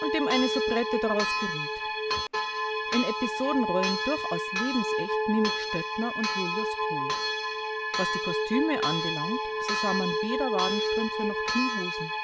und dem eine soubrette daraus geriet in episodenrollen durchaus lebensecht mimi gstöttner und julius pohl was die kostüme anbelangt so sah man weder wadenstrümpfe noch kniehosen